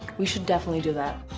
we should definitely do that.